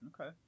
Okay